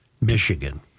Michigan